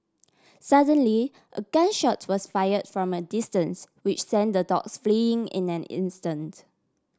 suddenly a gun shot was fire from a distance which sent the dogs fleeing in an instant